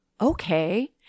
okay